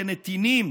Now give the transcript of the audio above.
כ"נתינים"